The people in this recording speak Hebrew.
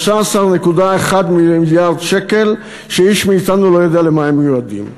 13.1 מיליארד שקל שאיש מאתנו לא יודע למה הם מיועדים.